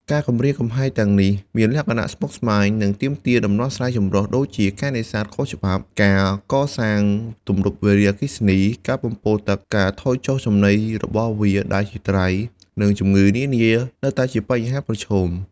ការគំរាមកំហែងទាំងនេះមានលក្ខណៈស្មុគស្មាញ និងទាមទារដំណោះស្រាយចម្រុះ ដូចជា ការនេសាទខុសច្បាប់ ការសាងសង់ទំនប់វារីអគ្គិសនី ការបំពុលទឹក ការថយចុះចំណីរបស់វាដែលជាត្រី និងជំងឺនានានៅតែជាបញ្ហាប្រឈម។